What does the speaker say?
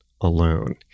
alone